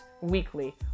weekly